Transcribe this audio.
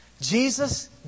Jesus